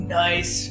nice